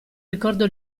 ricordo